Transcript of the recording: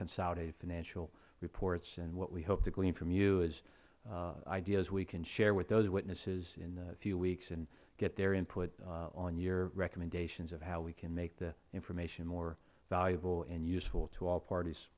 consolidated financial reports and what we hope to glean from you is ideas we can share with those witnesses in a few weeks and get their input on your recommendations of how we can make the information more valuable and useful to all parties